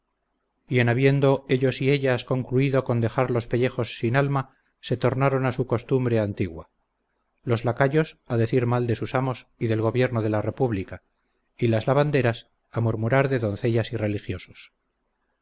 en habiendo ellos y ellas concluido con dejar los pellejos sin alma se tornaron a su costumbre antigua los lacayos a decir mal de sus amos y del gobierno de la república y las lavanderas a murmurar de doncellas y religiosos